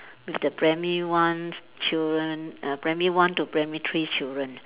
with the primary one children uh primary one to primary three children